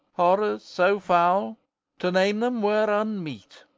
horrors so foul to name them were unmeet.